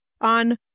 on